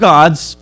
God's